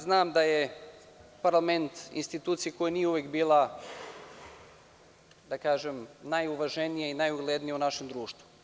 Znam da je parlament institucija koja nije uvek bila, da kažem, najuvaženija, nauglednija u našem društvu.